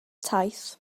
taith